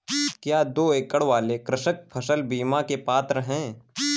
क्या दो एकड़ वाले कृषक फसल बीमा के पात्र हैं?